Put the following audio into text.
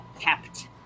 kept